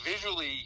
visually